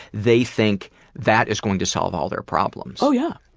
they think that is going to solve all their problems. oh yeah,